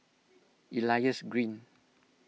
Elias Green